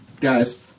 guys